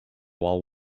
while